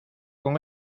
con